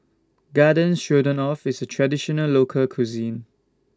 Garden Stroganoff IS Traditional Local Cuisine